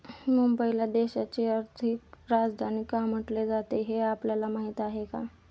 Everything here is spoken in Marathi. मुंबईला देशाची आर्थिक राजधानी का म्हटले जाते, हे आपल्याला माहीत आहे का?